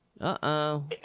Uh-oh